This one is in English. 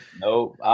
Nope